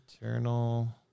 Eternal